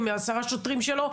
עם עשרה שוטרים שלו,